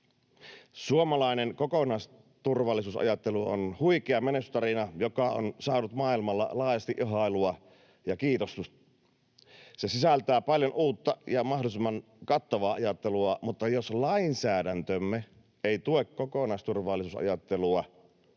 Suomalainen kokonaisturvallisuusajattelu on huikea menestystarina, joka on saanut maailmalla laajasti ihailua ja kiinnostusta. Se sisältää paljon uutta ja mahdollisimman kattavaa ajattelua, mutta jos lainsäädäntömme ei tue kokonaisturvallisuusajattelua,